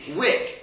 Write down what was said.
wick